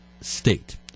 state